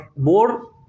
more